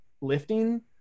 lifting